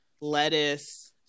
lettuce